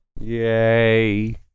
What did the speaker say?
Yay